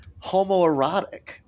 homoerotic